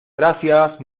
gracias